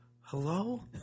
Hello